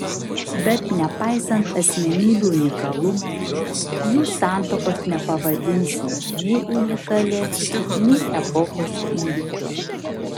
bet nepaisant asmenybių unikalumo jų santuokos nepavadinsi nei unikalia nei epochos įvykiu